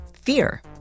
fear